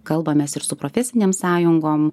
kalbamės ir su profesinėm sąjungom